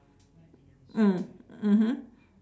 mm mmhmm